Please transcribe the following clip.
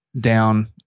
down